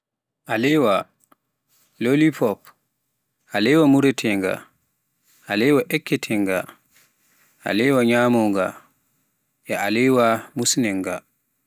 aleewa, lollipop, alewa mureteenga, alewa ekketenga, alewa nyamonga, e alewa musineenga.